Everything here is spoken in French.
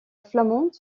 flamande